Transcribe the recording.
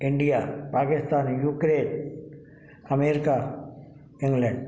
India Pakistan Ukraine America England